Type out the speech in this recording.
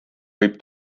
võib